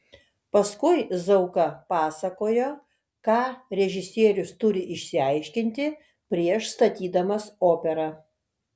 paskui zauka pasakojo ką režisierius turi išsiaiškinti prieš statydamas operą